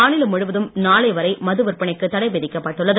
மாநிலம் முழுவதும் நாளை வரை மதுவிற்பனைக்கு தடை விதிக்கப்பட்டுள்ளது